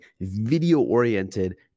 video-oriented